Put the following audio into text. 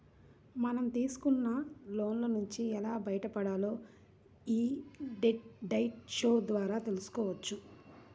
మనం తీసుకున్న లోన్ల నుంచి ఎలా బయటపడాలో యీ డెట్ డైట్ షో ద్వారా తెల్సుకోవచ్చు